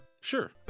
Sure